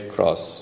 Cross